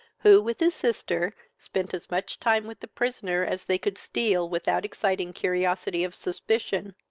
who, with his sister, spent as much time with the prisoner as they could steal, without exciting curiosity of suspicion.